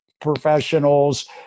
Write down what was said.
professionals